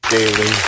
Daily